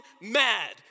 mad